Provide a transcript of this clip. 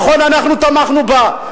נכון, אנחנו תמכנו בה.